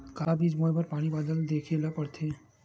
का बीज बोय बर पानी बादल देखेला पड़थे?